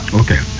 okay